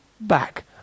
back